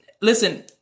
Listen